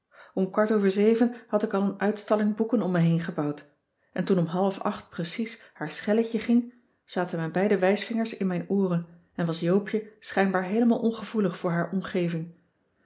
om kwart over zeven had ik al een uitstalling boeken om me heen gebouwd en toen om half acht precies haar schelletje ging zaten mijn beide wijsvingers in mijn ooren en was joopje schijnbaar heelemaal ongevoelig voor haar omgeving